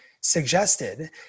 suggested